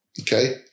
Okay